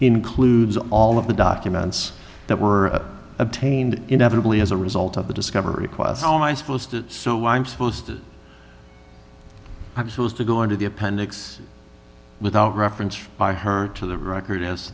includes all of the documents that were obtained inevitably as a result of the discovery quest so why i'm supposed to i'm supposed to go into the appendix without reference by her to the record as